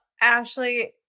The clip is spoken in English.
Ashley